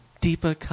deeper